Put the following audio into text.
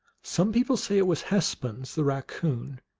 some people say it was hespuns, the eaccoon